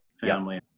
family